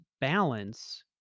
balance